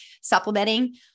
supplementing